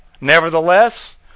Nevertheless